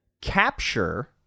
capture